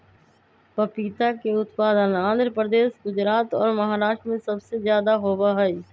पपीता के उत्पादन आंध्र प्रदेश, गुजरात और महाराष्ट्र में सबसे ज्यादा होबा हई